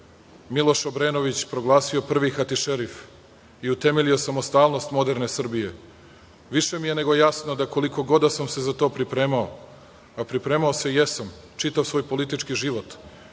Miloš Obrenović proglasio Prvi hatišerif i utemeljio u samostalnost moderne Srbije, više mi je nego jasno, da koliko god da sam se za to pripremao, pripremao se jesam, čitav svoj politički život.